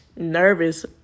nervous